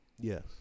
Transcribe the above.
Yes